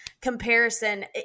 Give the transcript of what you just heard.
comparison